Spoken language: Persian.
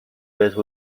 بهت